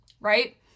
Right